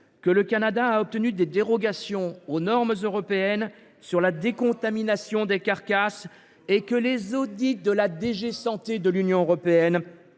que le Canada a obtenu des dérogations aux normes européennes sur la décontamination des carcasses et que les audits de la direction générale